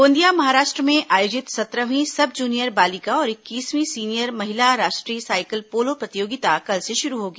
गोंदिया महाराष्ट्र में आयोजित सत्रहवीं सब जूनियर बालिका और इक्कीसवीं सीनियर महिला राष्ट्रीय साइकिल पोलो प्रतियोगिता कल से शुरू होगी